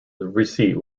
receipt